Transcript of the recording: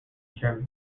german